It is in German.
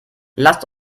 lasst